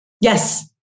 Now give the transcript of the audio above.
Yes